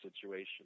situation